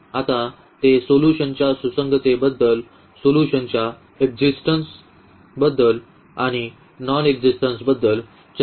आता ते सोल्यूशनाच्या सुसंगततेबद्दल सोल्यूशनच्या एक्सिस्टन्स बद्दल आणि नॉन एक्सिस्टन्स बद्दल चर्चा करीत आहोत